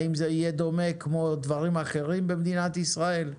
האם זה יהיה דומה כמו דברים אחרים במדינת ישראל?